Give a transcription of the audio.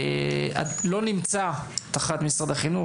לא נמצא תחת משרד החינוך,